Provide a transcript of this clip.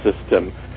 system